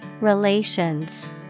Relations